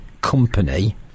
company